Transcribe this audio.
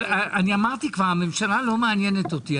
אמרתי כבר: הממשלה לא מעניינת אותי.